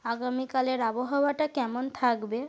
আগামীকালের আবহাওয়াটা কেমন থাকবে